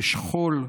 בשכול,